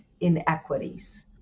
inequities